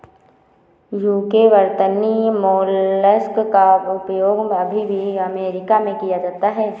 UK वर्तनी mollusc का उपयोग अभी भी अमेरिका में किया जाता है